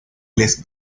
les